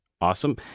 Awesome